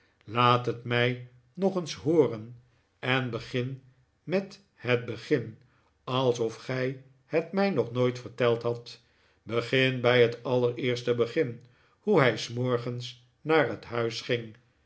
laat het mij nog eens hooren en begin met het begin alsof gij het mij nog nooit verteld hadt begin bij het allereerste begin hoe hij s morgens naar het huis ging